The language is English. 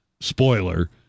spoiler